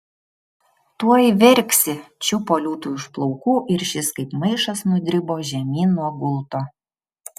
tuoj verksi čiupo liūtui už plaukų ir šis kaip maišas nudribo žemyn nuo gulto